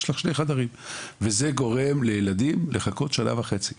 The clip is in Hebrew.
זה גורם לילדים לחכות שנה וחצי.